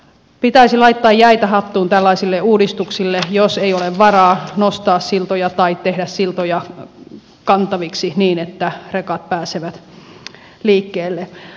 pitäisi laittaa jäitä hattuun tällaisille uudistuksille jos ei ole varaa nostaa siltoja tai tehdä siltoja kantaviksi niin että rekat pääsevät liikkeelle